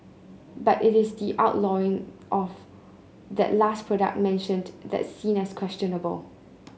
but it is the outlawing of that last product mentioned that's seen as questionable